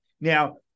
Now